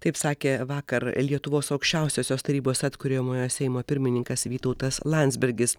taip sakė vakar lietuvos aukščiausiosios tarybos atkuriamojo seimo pirmininkas vytautas landsbergis